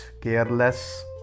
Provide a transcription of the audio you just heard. careless